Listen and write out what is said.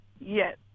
yes